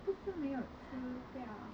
不是没有吃到